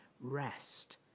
rest